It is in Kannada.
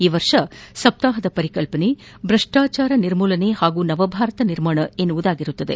ಈ ವರ್ಷ ಸಪ್ತಾಹದ ಪರಿಕಲ್ಪನೆ ಭ್ರಷ್ಲಾಚಾರ ನಿರ್ಮೂಲನೆ ಹಾಗೂ ನವಭಾರತ ನಿರ್ಮಾಣ ಎಂಬುದಾಗಿದೆ